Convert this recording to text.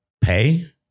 pay